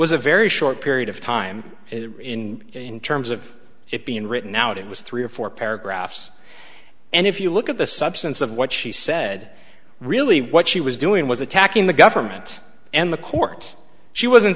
was a very short period of time in terms of it being written out it was three or four paragraphs and if you look at the substance of what she said really what she was doing was attacking the government and the court she was